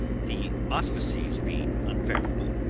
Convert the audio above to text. the auspices being unfavorable.